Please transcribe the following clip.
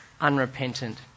unrepentant